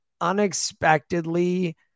unexpectedly